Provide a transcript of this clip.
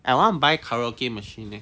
I want to buy karaoke machines leh